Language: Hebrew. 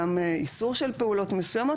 גם איסור של פעולות מסוימות,